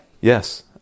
Yes